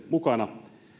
mukana